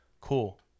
Cool